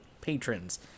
patrons